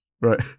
Right